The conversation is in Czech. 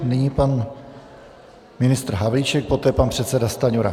Nyní pan ministr Havlíček, poté pan předseda Stanjura.